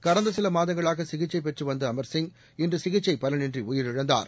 கடந்த சில மாதங்களாக சிகிச்சை பெற்று வந்த அமர்சிங் இன்று சிகிச்சை பலனின்றி உயிரிழந்தார்